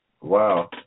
wow